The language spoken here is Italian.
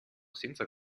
senza